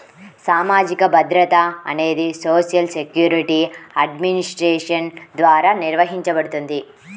సామాజిక భద్రత అనేది సోషల్ సెక్యూరిటీ అడ్మినిస్ట్రేషన్ ద్వారా నిర్వహించబడుతుంది